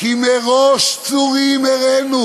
"כי מראש צֻרים אראנו